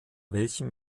welchen